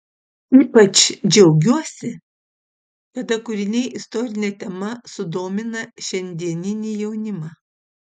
ypač džiaugiuosi kada kūriniai istorine tema sudomina šiandieninį jaunimą